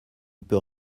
peut